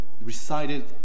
recited